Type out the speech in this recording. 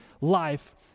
life